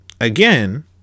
again